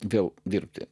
vėl dirbti